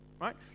right